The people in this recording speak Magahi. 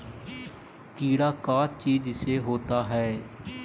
कीड़ा का चीज से होता है?